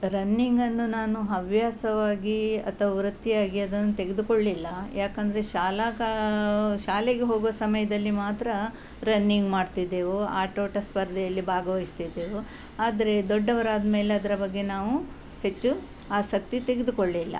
ರನ್ನಿಂಗನ್ನು ನಾನು ಹವ್ಯಾಸವಾಗಿ ಅಥವಾ ವೃತ್ತಿಯಾಗಿ ಅದನ್ನು ತೆಗೆದುಕೊಳ್ಳಿಲ್ಲ ಯಾಕೆಂದ್ರೆ ಶಾಲಾಕಾ ಶಾಲೆಗೆ ಹೋಗೋ ಸಮಯದಲ್ಲಿ ಮಾತ್ರ ರನ್ನಿಂಗ್ ಮಾಡ್ತಿದ್ದೆವು ಆಟೋಟ ಸ್ಪರ್ಧೆಯಲ್ಲಿ ಭಾಗವಹಿಸ್ತಿದ್ದೆವು ಆದರೆ ದೊಡ್ಡವರಾದಮೇಲೆ ಅದರ ಬಗ್ಗೆ ನಾವು ಹೆಚ್ಚು ಆಸಕ್ತಿ ತೆಗೆದುಕೊಳ್ಳಿಲ್ಲ